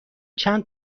چند